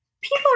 people